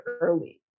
early